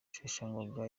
rusheshangoga